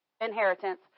inheritance